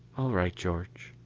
all right, george.